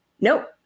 Nope